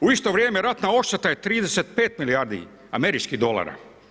U isto vrijeme ratna odšteta je 35 milijardi američkih dolara.